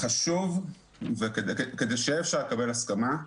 כדי שאפשר יהיה לקבל הסכמה,